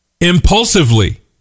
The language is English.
impulsively